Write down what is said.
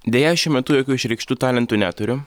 deja šiuo metu jokių išreikštų talentų neturiu